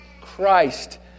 Christ